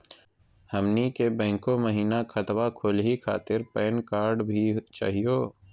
हमनी के बैंको महिना खतवा खोलही खातीर पैन कार्ड भी चाहियो?